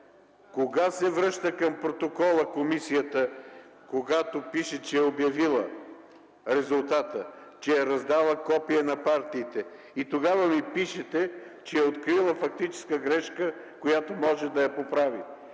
се връща към протокола, когато пише че е обявила резултата, че е раздала копие на партиите. Тогава ми пишете, че е открила фактическа грешка, която може да я поправи.